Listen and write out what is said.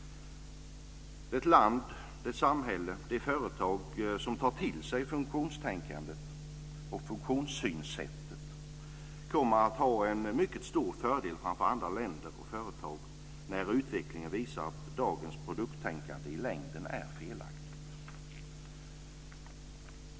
Det land, det samhälle eller det företag som tar till sig funktionstänkandet och funktionssynsättet kommer att ha en mycket stor fördel framför andra länder, samhällen och företag när utvecklingen visar att dagens produkttänkande i längden är felaktigt.